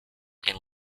and